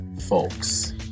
folks